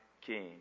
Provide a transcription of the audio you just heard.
King